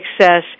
Success